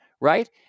right